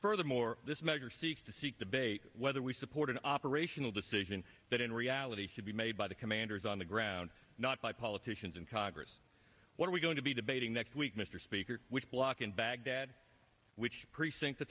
furthermore this measure seeks to seek debate whether we support an operational decision that in reality should be made by the commanders on the ground not by politicians in congress what are we going to be debating next week mr speaker block in baghdad precinct t